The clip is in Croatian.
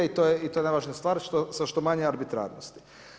I to je najvažnija stvar sa što manje arbitrarnosti.